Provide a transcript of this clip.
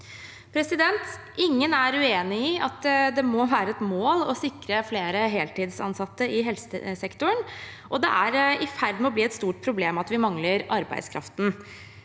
Ingen er uenig i at det må være et mål å sikre flere heltidsansatte i helsesektoren, og at det er i ferd med å bli et stort problem at vi mangler arbeidskraften,